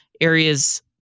areas